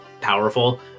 powerful